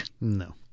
No